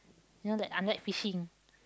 you know like unlike fishing